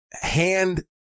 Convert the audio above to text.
hand